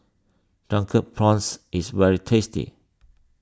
Drunken Prawns is very tasty